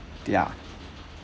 ya